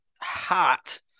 Hot